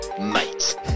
mate